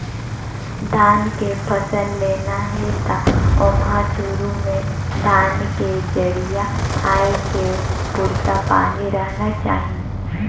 धान के फसल लेना हे त ओमहा सुरू में धान के जरिया आए के पुरता पानी रहना चाही